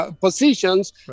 positions